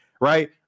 right